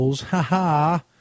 Ha-ha